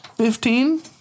Fifteen